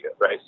Right